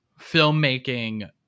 filmmaking